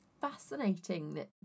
fascinating